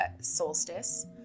solstice